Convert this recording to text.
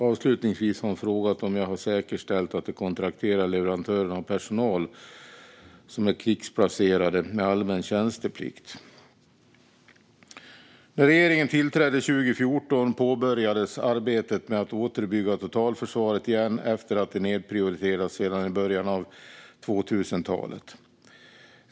Avslutningsvis har hon frågat om jag har säkerställt att de kontrakterade leverantörerna har personal som är krigsplacerade med allmän tjänsteplikt. När regeringen tillträdde 2014 påbörjades arbetet med att återuppbygga totalförsvaret igen efter att det nedprioriterats sedan början av 2000-talet.